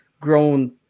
grown